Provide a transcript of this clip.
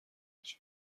هیچ